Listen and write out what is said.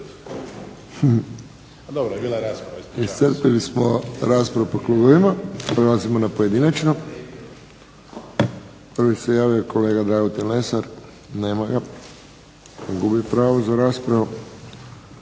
Iscrpili smo raspravu po klubovima, prelazimo na pojedinačnu. Prvi se javio kolega Dragutin Lesar. Nema ga. Gubi pravo za raspravu.